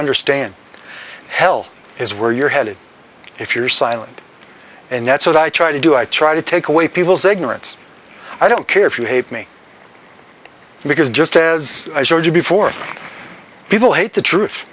understand hell is where you're headed if you're silent and that's what i try to do i try to take away people's ignorance i don't care if you hate me because just as i told you before people hate the truth